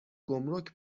گمرگ